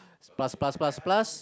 plus plus plus plus